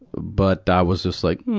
but i was just like,